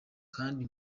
kandi